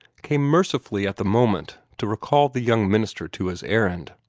came mercifully at the moment to recall the young minister to his errand.